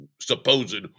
supposed